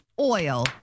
Oil